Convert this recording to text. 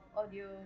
audio